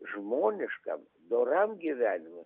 žmoniškam doram gyvenimui